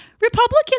Republican